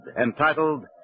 entitled